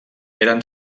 eren